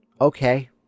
Okay